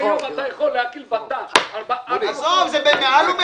אם היום אתה יכול --- עזוב, זה מעל ומעבר.